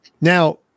Now